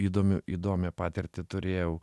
įdomių įdomią patirtį turėjau